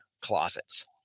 closets